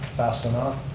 fast enough,